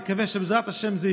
נקווה שזה ייושם,